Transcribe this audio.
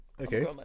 Okay